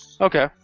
Okay